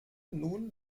nun